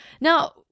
Now